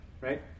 right